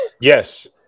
yes